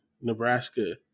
Nebraska